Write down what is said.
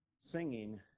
Singing